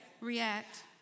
react